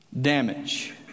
damage